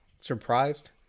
surprised